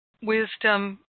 wisdom